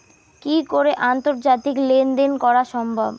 কি করে আন্তর্জাতিক লেনদেন করা সম্ভব?